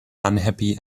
unhappy